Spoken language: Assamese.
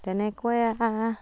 তেনেকৈয়ে